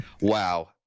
Wow